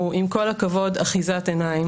הוא עם כל הכבוד אחיזת עיניים,